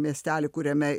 miestelį kuriame